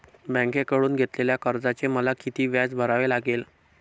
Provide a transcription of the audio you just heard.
बँकेकडून घेतलेल्या कर्जाचे मला किती व्याज भरावे लागेल?